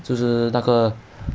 就是那个